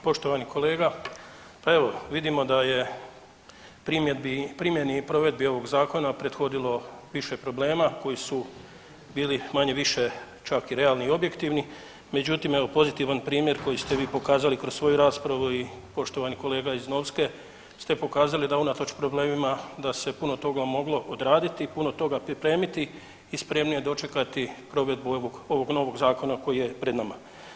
Poštovani kolega, pa evo vidimo da je primjedbi i primjeni i provedbi ovog zakona prethodilo više problema koji su bili manje-više čak i realni i objektivni, međutim evo pozitivan primjer koji ste vi pokazali kroz svoju raspravu i poštovani kolega iz Novske ste pokazali da unatoč problemima da se puno toga moglo odraditi i puno toga pripremiti i spremnije dočekati provedbu ovog novog zakona koji je pred nama.